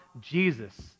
Jesus